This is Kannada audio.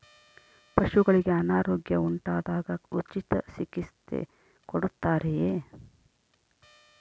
ಪಶುಗಳಿಗೆ ಅನಾರೋಗ್ಯ ಉಂಟಾದಾಗ ಉಚಿತ ಚಿಕಿತ್ಸೆ ಕೊಡುತ್ತಾರೆಯೇ?